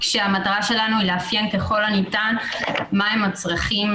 כשהמטרה שלנו היא לאפיין ככל הניתן מה הם הצרכים